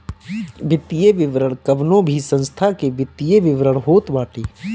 वित्तीय विवरण कवनो भी संस्था के वित्तीय विवरण होत बाटे